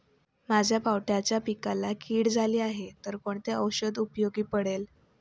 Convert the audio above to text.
माझ्या पावट्याच्या पिकाला कीड झाली आहे तर कोणते औषध उपयोगी पडेल?